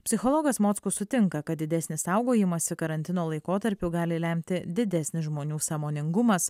psichologas mockus sutinka kad didesnį saugojimąsi karantino laikotarpiu gali lemti didesnis žmonių sąmoningumas